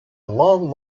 long